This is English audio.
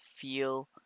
feel